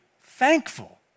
thankful